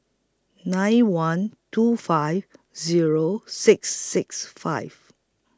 nine one two five Zero six six five